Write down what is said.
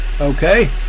Okay